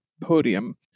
podium